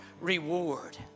reward